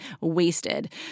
wasted